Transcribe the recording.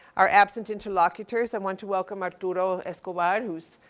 our absent interlocutors. i want to welcome arturo escobar who's,